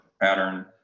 pattern